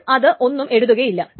അപ്പോൾ അത് ഒന്നും എഴുതുകയില്ല